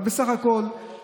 אבל בסך הכול,